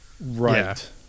right